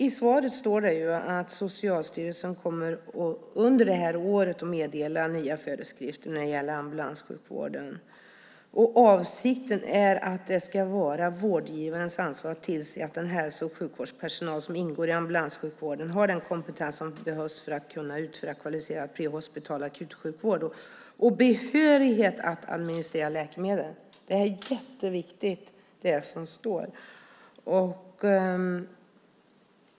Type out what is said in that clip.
I svaret står det att Socialstyrelsen kommer att meddela nya föreskrifter när det gäller ambulanssjukvården under det här året. Avsikten är att det ska vara vårdgivarens ansvar att tillse att den hälso och sjukvårdspersonal som ingår i ambulanssjukvården har den kompetens som behövs för att kunna utföra kvalificerad prehospital akutsjukvård och behörighet att administrera läkemedel. Det som står här är jätteviktigt.